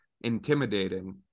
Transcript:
intimidating